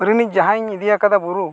ᱨᱤᱱᱤᱡ ᱡᱟᱦᱸᱭᱤᱧ ᱤᱫᱤᱭ ᱟᱠᱟᱫᱮ ᱵᱩᱨᱩ